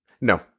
No